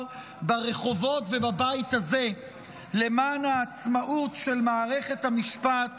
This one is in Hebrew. ברחובות ובבית הזה למען העצמאות של מערכת המשפט